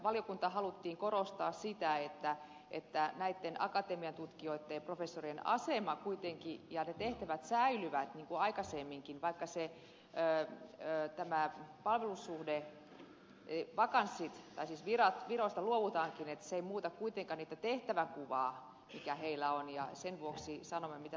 valiokunnassa haluttiin korostaa sitä että näitten akatemian tutkijoitten ja professorien asema kuitenkin ja ne tehtävät säilyvät niin kuin aikaisemminkin vaikka viroista luovutaankin että se ei muuta kuitenkaan heidän tehtävänkuvaansa mikä heillä on ja sen vuoksi sanoimme mitä